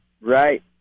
right